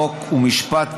חוק ומשפט,